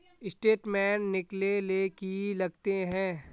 Statement निकले ले की लगते है?